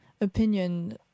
opinion